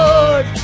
Lord